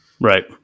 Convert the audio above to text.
Right